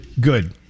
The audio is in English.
Good